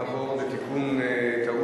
נעבור להחלטת ועדת הכלכלה בדבר תיקון טעות